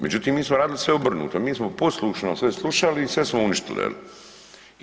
Međutim, mi smo radili sve obrnuto, mi smo poslušno sve slušali i sve smo uništili jel.